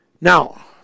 now